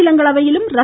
மாநிலங்களவையிலும் ர